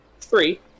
three